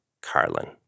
Carlin